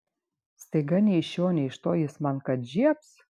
staiga nei iš šio nei iš to jis man kad žiebs